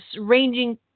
ranging